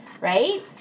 right